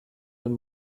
den